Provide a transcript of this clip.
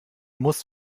muss